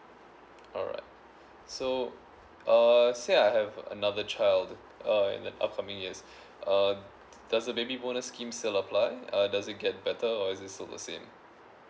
alright so uh say I have another child uh and the out coming is uh does the baby bonus scheme still apply uh does it get better or is it still the same